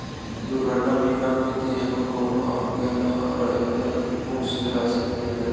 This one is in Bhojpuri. दुर्घटना बीमा में देह क कउनो अंग के न रहे पर एकमुश्त राशि दिहल जाला